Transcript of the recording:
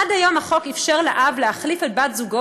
עד היום החוק אפשר לאב להחליף את בת-זוגו